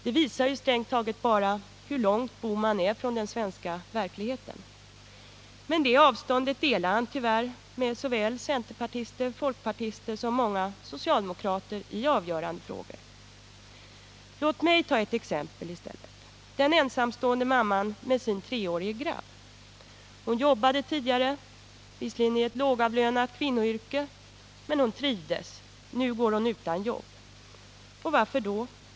Det visar strängt taget bara hur långt herr Bohman är från den svenska verkligheten. Det avståndet till verkligheten har tyvärr också såväl centerpartister, folkpartister som många socialdemokrater i avgörande frågor. Låt mig ta ett exempel i stället. En ensamstående mamma med sin treårige grabb. Hon jobbade tidigare, visserligen i ett lågavlönat kvinnoyrke, men hon trivdes. Nu går hon utan jobb. Varför då?